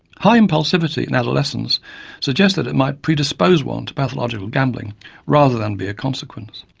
high impulsivity in adolescents suggests that it might predispose one to pathological gambling rather than be a consequence.